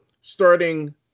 starting